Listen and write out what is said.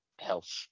health